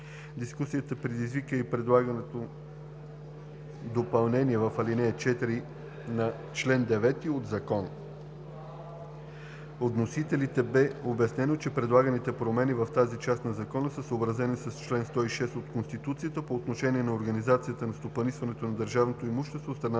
Дискусия предизвика и предлаганото допълнение в ал. 4 на чл. 9 от Закона. От вносителите бе обяснено, че предлаганите промени в тази част на Закона са съобразени с чл. 106 от Конституцията по отношение на организацията на стопанисването на държавното имущество от страна